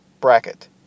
bracket